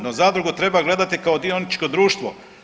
No, zadrugu treba gledati kao dioničko društvo.